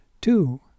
Two